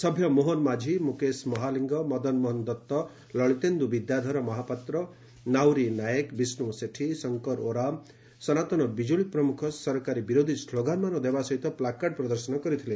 ସଭ୍ୟ ମୋହନ ମାଝୀ ମୁକେଶ ମହାଲିଙ୍ଗ ମଦନମୋହନ ଦଉ ଲଳିତେନ୍ଦୁ ବିଦ୍ୟାଧର ମହାପାତ୍ର ନାଉରୀ ନାୟକ ବିଷ୍ଷୁ ସେଠୀ ଶଙ୍ଙର ଓରାମ ସନାତନ ବିଜୁଳି ପ୍ରମୁଖ ସରକାରୀ ବିରୋଧୀ ସ୍କୋଗାନମାନ ଦେବା ସହିତ ପ୍ନାକାର୍ଡ ପ୍ରଦର୍ଶନ କରିଥିଲେ